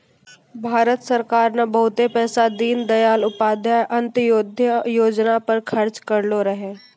भारत सरकार ने बहुते पैसा दीनदयाल उपाध्याय अंत्योदय योजना पर खर्च करलो रहै